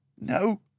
No